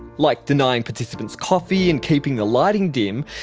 like denying participants coffee and keeping the lighting dim,